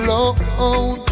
alone